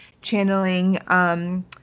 channeling